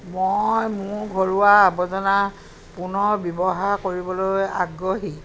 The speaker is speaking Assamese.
মই মোৰ ঘৰুৱা আৱৰ্জনা পুনৰ ব্যৱহাৰ কৰিবলৈ আগ্ৰহী